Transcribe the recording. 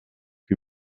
wie